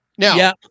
Now